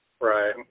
Right